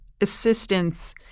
assistance